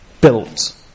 built